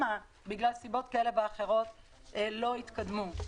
מה בגלל סיבות כאלה ואחרות לא התקדמו.